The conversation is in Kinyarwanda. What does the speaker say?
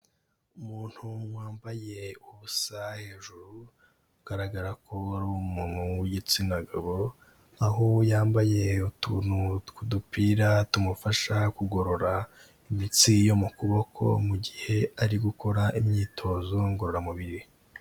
Umuntu wambaye ubusa hejuru agaragara ko ari umuntu w'igitsina gabo, aho yambaye utuntu tw'udupira tumufasha kugorora imitsi yo mu kuboko, mu gihe ari gukora imyito ngororamubiri.